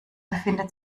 befindet